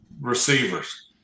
receivers